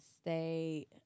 stay